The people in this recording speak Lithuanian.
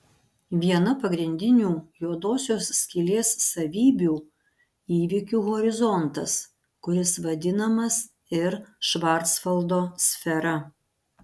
viena pagrindinių juodosios skylės savybių įvykių horizontas kuris vadinamas ir švarcvaldo sfera